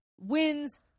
wins